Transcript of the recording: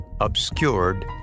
obscured